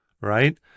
right